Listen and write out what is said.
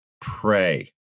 Pray